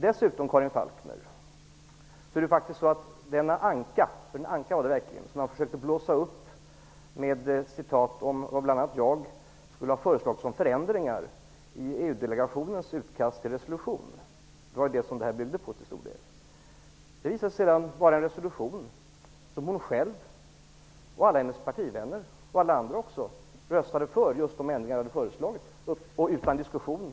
Dessutom har man med olika citat försökt blåsa upp en debatt om de förändringar i EU delegationens utkast till resolution som bl.a. jag skulle ha föreslagit. Det var en ''anka''. Det visade sig att Karin Falkmer själv, alla hennes partivänner och alla andra röstade för resolutionen med just de föreslagna ändringarna, utan diskussion.